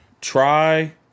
Try